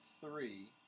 three